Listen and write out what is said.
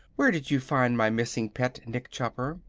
where did you find my missing pet, nick chopper?